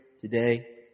today